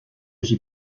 j’y